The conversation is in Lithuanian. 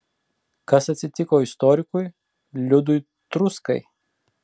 kas atsitiko istorikui liudui truskai